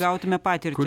gautume patirtį